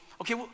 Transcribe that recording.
okay